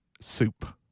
Soup